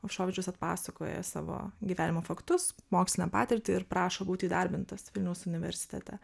movšovičius atpasakoja savo gyvenimo faktus mokslinę patirtį ir prašo būt įdarbintas vilniaus universitete